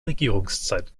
regierungszeit